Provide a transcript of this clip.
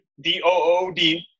D-O-O-D